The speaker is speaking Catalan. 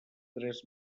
tres